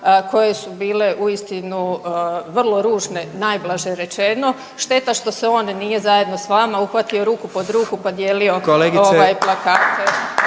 koje su bile uistinu vrlo ružne najblaže rečeno. Šteta što se on nije zajedno s vama uhvatio ruku pod ruku pa dijelio plakate